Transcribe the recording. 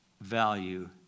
value